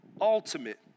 ultimate